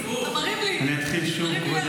אני אתחיל שוב.